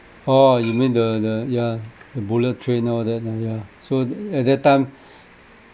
oh you mean the the yeah the bullet train all that ah yeah so at that time